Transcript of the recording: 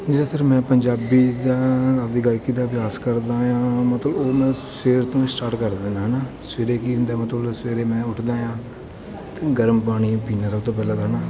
ਜਿਹੜਾ ਸਰ ਮੈਂ ਪੰਜਾਬੀ ਜਾਂ ਆਪਣੀ ਗਾਇਕੀ ਦਾ ਅਭਿਆਸ ਕਰਦਾ ਹਾਂ ਮਤਲਬ ਉਹ ਮੈਂ ਸਵੇਰ ਤੋਂ ਹੀ ਸਟਾਰਟ ਕਰ ਦਿੰਦਾ ਹੈ ਨਾ ਸਵੇਰੇ ਕੀ ਹੁੰਦਾ ਮਤਲਬ ਸਵੇਰੇ ਮੈਂ ਉੱਠਦਾ ਹਾਂ ਅਤੇ ਗਰਮ ਪਾਣੀ ਵੀ ਪੀਂਦਾ ਸਭ ਤੋਂ ਪਹਿਲਾਂ ਤਾਂ ਹੈ ਨਾ